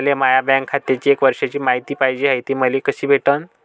मले माया बँक खात्याची एक वर्षाची मायती पाहिजे हाय, ते मले कसी भेटनं?